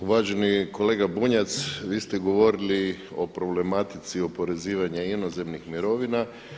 Uvaženi kolega Bunjac, vi ste govorili o problematici oporezivanja inozemnih mirovina.